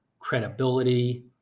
credibility